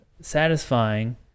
satisfying